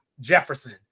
Jefferson